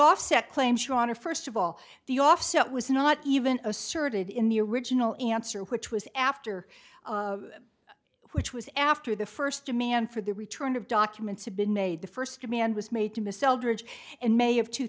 offset claim shawna first of all the offset was not even asserted in the original answer which was after which was after the first demand for the return of documents had been made the first command was made to miss eldridge and may of two